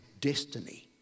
Destiny